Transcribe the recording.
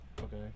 Okay